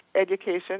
Education